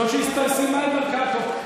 זאת שסיימה את דרכה פה.